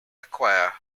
acquire